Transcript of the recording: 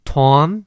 Tom